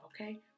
okay